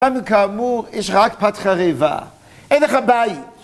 גם אם כאמור יש רק פתחה ריבה, אין לך בעי.